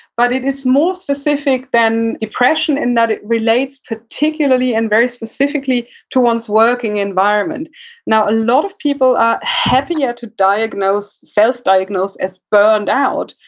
but it is more specific than depression in that it relates particularly and very specifically to one's working environment now, a lot of people are happier to diagnosis, self diagnosed as burned out,